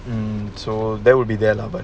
um so there would be there lah but